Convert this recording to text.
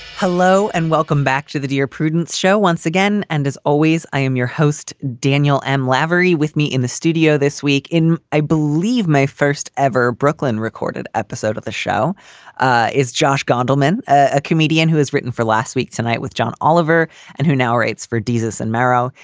hello and welcome back to the dear prudence show once again. and as always, i am your host, daniel m. lavery, with me in the studio this week in i believe my first ever brooklyn. recorded episode of the show ah is josh gandelman, a comedian who has written for last week tonight with john oliver and who now writes for d s. and marro.